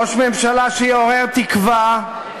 ראש ממשלה שיעורר תקווה,